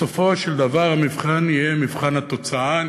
בסופו של דבר, המבחן יהיה מבחן התוצאה.